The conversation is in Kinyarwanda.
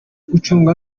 gucunga